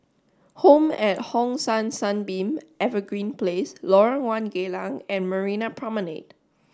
home at Hong San Sunbeam Evergreen Place Lorong One Geylang and Marina Promenade